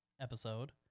episode